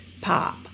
pop